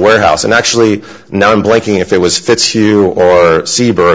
warehouse and actually now i'm blanking if there was fitzhugh or